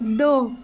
دو